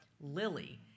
Lily